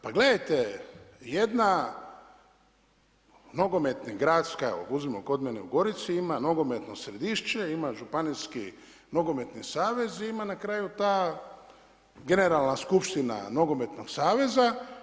Pa gledajte, jedna nogometni … kao što je evo uzmimo kod mene u Gorici ima nogometno Središće, ima Županijski nogometni savez i ima na kraju ta Generalna skupština nogometnog saveza.